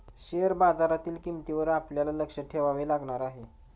share बाजारातील किंमतींवर आपल्याला लक्ष ठेवावे लागणार आहे